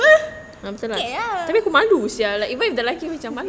okay lah